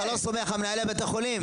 אתה לא סומך על מנהלי בתי החולים?